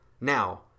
Now